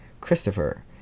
Christopher